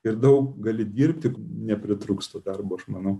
ir daug gali dirbti nepritrūks to darbo aš manau